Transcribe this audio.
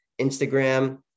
Instagram